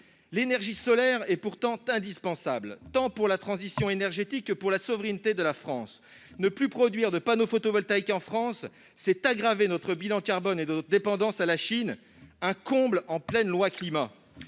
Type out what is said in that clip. L'énergie solaire est pourtant indispensable, tant pour la transition énergétique que pour la souveraineté de la France. Ne plus produire de panneaux photovoltaïques en France, c'est aggraver notre bilan carbone et notre dépendance à la Chine. Un comble en pleine discussion